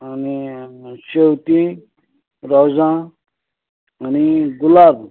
आनी शेंवतीं रोजां आनी गुलाब